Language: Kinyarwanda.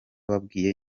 wabwiye